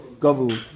gavu